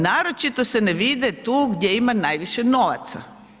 Naročito se ne vide tu gdje ima najviše novaca.